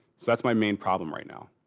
so that's my main problem right now.